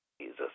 Jesus